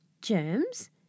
Germs